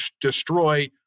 destroy